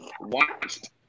watched